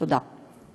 תודה.